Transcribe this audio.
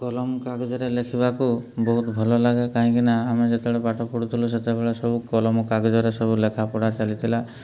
କଲମ କାଗଜରେ ଲେଖିବାକୁ ବହୁତ ଭଲ ଲାଗେ କାହିଁକି ନା ଆମେ ଯେତେବେଳେ ପାଠ ପଢ଼ୁଥିଲୁ ସେତେବେଳେ ସବୁ କଲମ କାଗଜରେ ସବୁ ଲେଖାପଢ଼ା ଚାଲିଥିଲା